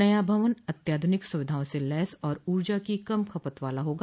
नया भवन अत्याधुनिक सुविधाओं से लैस और ऊर्जा की कम खपत वाला होगा